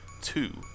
Two